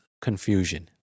confusion